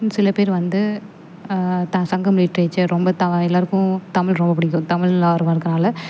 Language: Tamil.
சில பேர் வந்து த சங்கம் லிட்ரேச்சர் ரொம்ப தா எல்லோருக்கும் தமிழ் ரொம்ப பிடிக்கும் தமிழில் ஆர்வம் இருக்கறனால